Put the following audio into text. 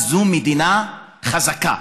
זו מדינה חזקה.